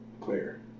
Clear